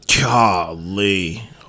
Golly